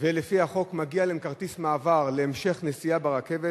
ולפי החוק מגיע להם כרטיס מעבר להמשך נסיעה ברכבת,